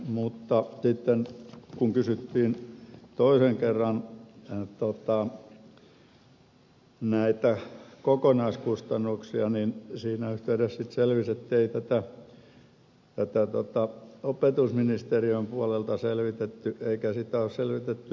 mutta sitten kun kysyttiin toisen kerran näitä kokonaiskustannuksia siinä yhteydessä selvisi ettei tätä ole opetusministeriön puolelta selvitetty eikä sitä ole selvitetty muiltakaan osin